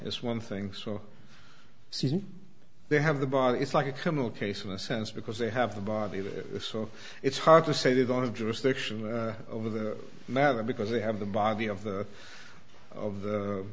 it's one thing so they have the bar it's like a criminal case in a sense because they have the body that is so it's hard to say they don't have jurisdiction over the matter because they have the body of the